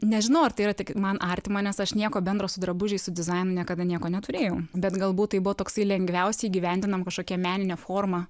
nežinau ar tai yra tik man artima nes aš nieko bendro su drabužiais su dizainu niekada nieko neturėjau bet galbūt tai buvo toksai lengviausiai įgyvendinama kažkokia meninė forma